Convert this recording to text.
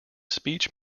speech